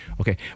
Okay